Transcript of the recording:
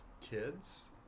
kids